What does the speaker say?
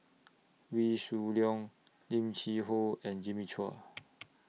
Wee Shoo Leong Lim Cheng Hoe and Jimmy Chua